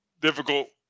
difficult